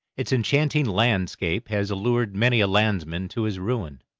its enchanting landscape has allured many a landsman to his ruin,